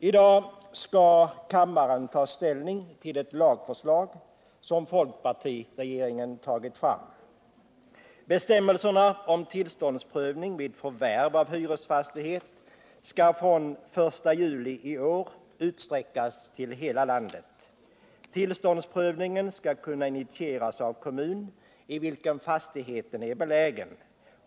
I dag skall kammaren ta ställning till ett lagförslag som folkpartiregeringen tagit fram. Bestämmelserna om tillståndsprövning vid förvärv av hyresfastighet skall från 1 juli i år utsträckas till hela landet. Tillståndsprövningen skall kunna initieras av kommun i vilken fastigheten är belägen.